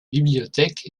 bibliothèque